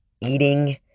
eating